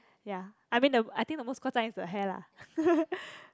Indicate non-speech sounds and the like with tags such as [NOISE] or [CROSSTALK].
ya I mean the I think the most 夸张 is the hair lah [LAUGHS]